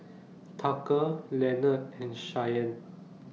Tucker Leonard and Shyanne